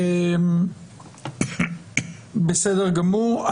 בסדר גמור.